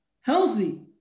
healthy